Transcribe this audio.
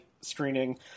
screening